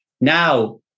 now